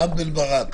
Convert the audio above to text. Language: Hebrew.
רם בן ברק,